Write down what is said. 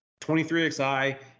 23XI